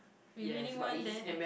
remaining one then